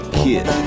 kid